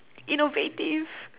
innovative